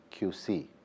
QC